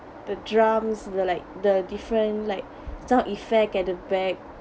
the drums the like the different like sound effect at the back